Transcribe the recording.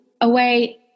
away